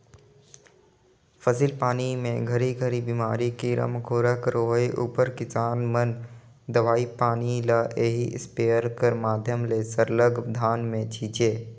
फसिल पानी मे घरी घरी बेमारी, कीरा मकोरा कर होए उपर किसान मन दवई पानी ल एही इस्पेयर कर माध्यम ले सरलग धान मे छीचे